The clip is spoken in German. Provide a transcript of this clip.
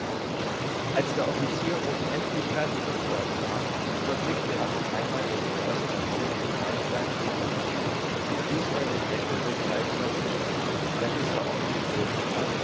als der offizier oben endlich fertiggeworden war überblickte er noch einmal lächelnd das ganze in allen seinen teilen schlug diesmal den deckel des zeichners zu der bisher offen gewesen war